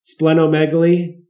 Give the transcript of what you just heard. splenomegaly